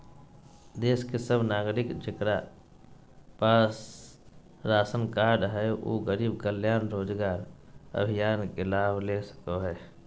देश के सब नागरिक जेकरा पास राशन कार्ड हय उ गरीब कल्याण रोजगार अभियान के लाभ ले सको हय